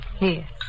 Yes